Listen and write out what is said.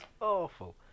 awful